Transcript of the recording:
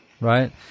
Right